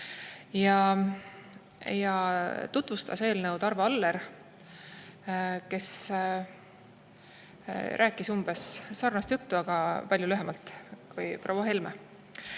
tutvustas Arvo Aller, kes rääkis umbes sarnast juttu, aga palju lühemalt kui proua Helme.